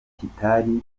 kitari